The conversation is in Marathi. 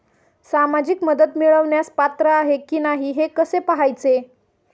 सामाजिक मदत मिळवण्यास पात्र आहे की नाही हे कसे पाहायचे?